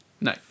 No